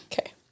Okay